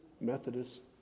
Methodist